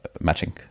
matching